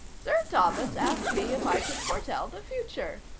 sir thomas asked me if i could foretell the future,